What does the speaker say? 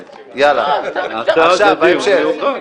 עשה על זה דיון מיוחד.